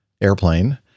Airplane